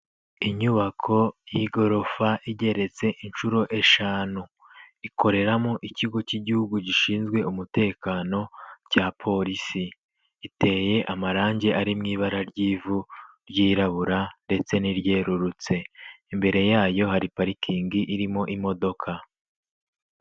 Inyubako y'igorofa igeretse inshuro eshanu. Ikoreramo ikigo cy'igihugu gishinzwe umutekano cya polisi. Iteye amarangi ari mu ibara ry'ivu ryirabura ndetse n'iryerurutse. Imbere yayo hari parikingi irimo imodoka.